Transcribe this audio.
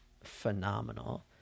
phenomenal